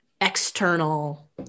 external